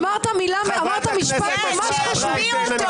אמרת משפט ממש חשוב.